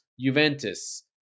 Juventus